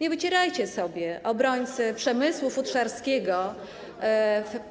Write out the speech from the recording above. Nie wycierajcie sobie, obrońcy przemysłu futrzarskiego,